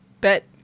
Bet